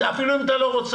אפילו אם אתה לא רוצה.